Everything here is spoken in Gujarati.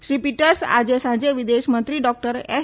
શ્રી પીટર્સ આજે સાંજે વિદેશમંત્રી ડોક્ટર એસ